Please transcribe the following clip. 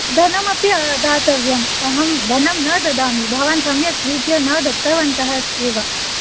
धनम् अपि दातव्यम् अहम् धनं न ददामि भवान् सम्यक् रीत्या न दत्तवन्त एव